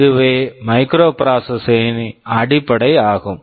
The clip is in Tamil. இதுவே மைக்ரோபிராசசர் microprocessor -ன் அடிப்படை ஆகும்